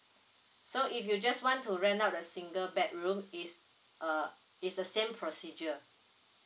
so if you just want to rent out a single bed room is uh it's the same procedure